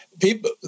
people